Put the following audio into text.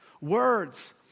Words